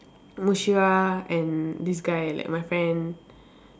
Mushira and this guy like my friend